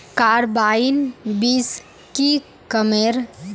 Carbine बीस की कमेर?